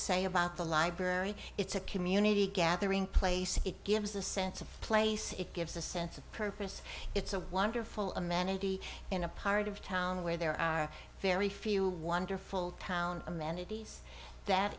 say about the library it's a community gathering place it gives a sense of place it gives a sense of purpose it's a wonderful amenity in a part of town where there are very few wonderful town amenities that